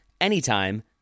anytime